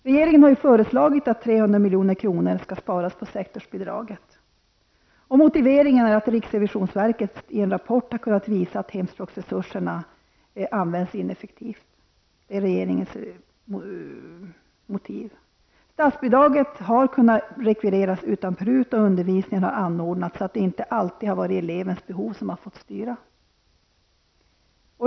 Regeringen har ju föreslagit att 300 milj.kr. skall sparas beträffande sektorsbidraget. Motiveringen är att riksrevisionsverket i en rapport har kunnat visa på att hemspråksresurserna används ineffektivt. Det är alltså regeringens motivering. Statsbidraget har kunnat rekvireras utan prut. Undervisningen har anordnats så, att det inte alltid har varit elevens behov som har fått styra.